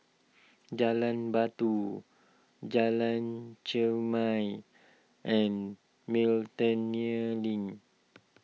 Jalan Batu Jalan Chermai and Miltonia Link